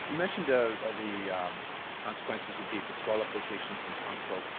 you mentioned ah the consequences could be disqualification from council.